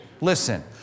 Listen